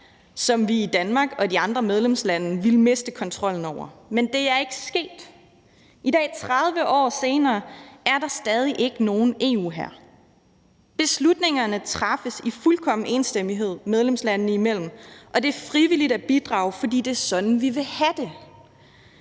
som vi i Danmark og i de andre medlemslande ville miste kontrollen over, men det er ikke sket. I dag, 30 år senere, er der stadig ikke nogen EU-hær, beslutningerne træffes i fuldkommen enstemmighed medlemslandene imellem, og det er frivilligt at bidrage, fordi det er sådan, vi vil have det.